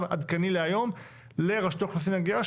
עדכני להיום לרשות האוכלוסין וההגירה,